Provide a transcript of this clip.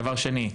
דבר שני,